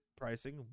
pricing